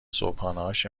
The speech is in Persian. صبحونههاش